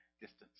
distance